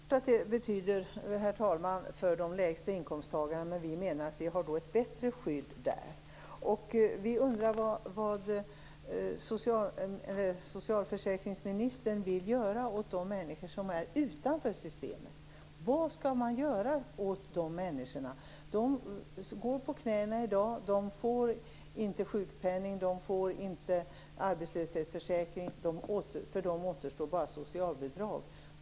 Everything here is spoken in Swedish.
Herr talman! Det är klart att det betyder mycket för dem med lägst inkomster, men vi menar att vårt förslag har ett bättre skydd. Vi undrar vad socialförsäkringsministern vill göra åt de människor som är utanför systemet. Vad skall man göra åt de människorna? De går på knäna i dag. De får ingen sjukpenning. De får ingen arbetslöshetsförsäkring. För dem återstår bara socialbidrag.